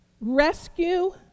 rescue